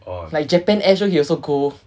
like japan air show he also go